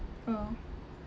oh